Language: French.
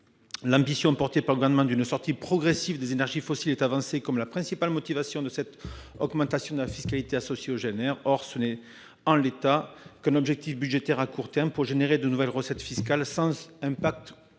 L’ambition du Gouvernement d’une sortie progressive des énergies fossiles est avancée comme la principale motivation de cette augmentation de la fiscalité associée au GNR. Pourtant, en l’état, ce n’est qu’un objectif budgétaire à court terme pour générer de nouvelles recettes fiscales, sans impact